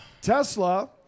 Tesla